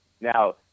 Now